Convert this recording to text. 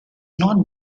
not